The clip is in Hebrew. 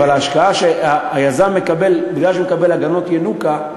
אבל מכיוון שהיזם מקבל הגנות ינוקא,